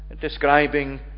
describing